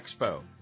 Expo